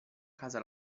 casa